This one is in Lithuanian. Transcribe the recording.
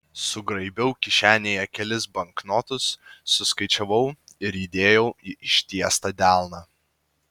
sugraibiau kišenėje kelis banknotus suskaičiavau ir įdėjau į ištiestą delną